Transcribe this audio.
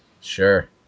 Sure